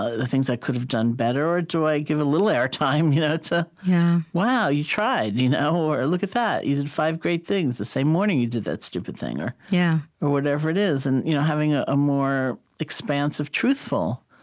ah the things i could've done better, or do i give a little air time you know to wow, you tried, you know or look at that you did five great things the same morning you did that stupid thing, or yeah or whatever it is, and you know having ah a more expansive truthful,